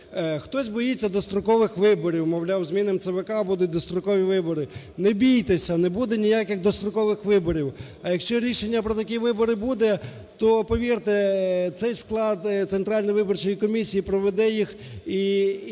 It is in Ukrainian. хтось боїться дострокових виборів, мовляв, змінимо ЦВК, будуть дострокові вибори. Не бійтеся, не буде ніяких дострокових виборів. А якщо рішення про такі вибори буде, то, повірте, цей склад Центральної виборчої комісії проведе їх і оком не